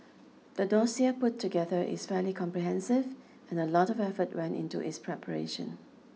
the dossier put together is fairly comprehensive and a lot of effort went into its preparation